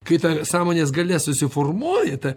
kai ta sąmonės galia susiformuoja ta